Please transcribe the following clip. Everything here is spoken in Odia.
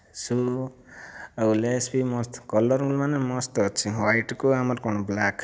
ସୁ' ଆଉ ଲେସ୍ ବି ମସ୍ତ କଲର ମାନେ ମସ୍ତ ଅଛି ହ୍ୱାଇଟ୍ କୁ ଆମର କ'ଣ ବ୍ଲାକ୍